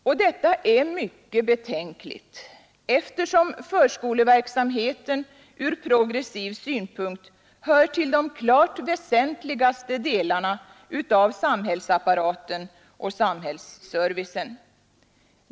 Och detta är mycket betänkligt, eftersom förskoleverksamheten ur progressiv synpunkt hör till de klart väsentligaste delarna av samhällsapparaten och samhällsservicen.